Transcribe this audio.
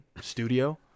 studio